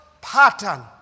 pattern